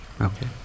Okay